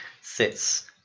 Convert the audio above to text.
sits